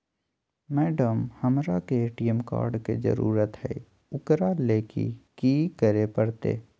Madam, हमरा के ATM card के जरूरत है ऊकरा ले की की करे परते?